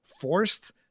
forced